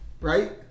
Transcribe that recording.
right